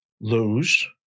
Lose